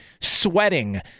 sweating